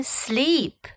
sleep